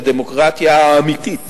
שהדמוקרטיה האמיתית,